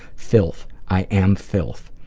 filth. i am filth.